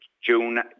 June